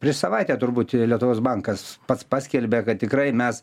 prieš savaitę turbūt lietuvos bankas pats paskelbė kad tikrai mes